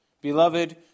Beloved